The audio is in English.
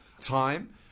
time